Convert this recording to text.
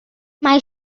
mae